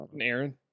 Aaron